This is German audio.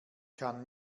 kann